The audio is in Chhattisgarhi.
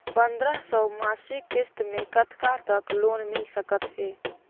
पंद्रह सौ मासिक किस्त मे कतका तक लोन मिल सकत हे?